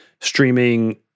streaming